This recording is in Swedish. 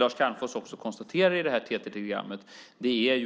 Lars Calmfors konstaterar också i det här TT-telegrammet